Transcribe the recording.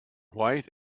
white